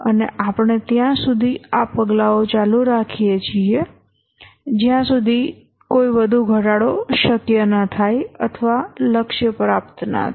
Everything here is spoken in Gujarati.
અને આપણે ત્યાં સુધીઆ પગલાઓ ચાલુ રાખીએ છીએ જ્યાં સુધી કોઈ વધુ ઘટાડો શક્ય ન થાય અથવા લક્ષ્ય પ્રાપ્ત ન થાય